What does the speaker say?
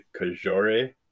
Kajore